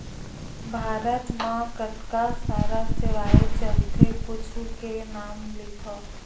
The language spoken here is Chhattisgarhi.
भारत मा कतका सारा सेवाएं चलथे कुछु के नाम लिखव?